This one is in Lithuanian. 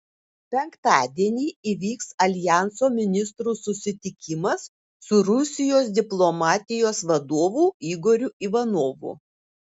penktadienį įvyks aljanso ministrų susitikimas su rusijos diplomatijos vadovu igoriu ivanovu